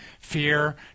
fear